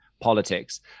politics